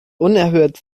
unerhört